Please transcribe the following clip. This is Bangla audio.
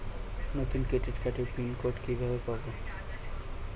নতুন ক্রেডিট কার্ডের পিন কোড কিভাবে পাব?